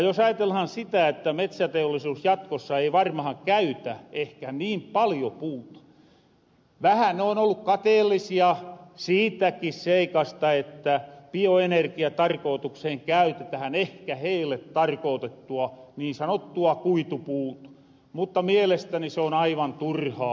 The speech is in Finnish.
jos ajatellahan sitä että metsäteollisuus jatkossa ei varmahan käytä ehkä niin paljo puuta vähä ne on ollu kateellisia siitäki seikasta että bioenergiatarkootukseen käytetähän ehkä heille tarkootettua niin sanottua kuitupuuta mutta mielestäni se on aivan turhaa